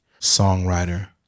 songwriter